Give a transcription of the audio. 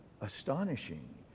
astonishing